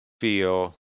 feel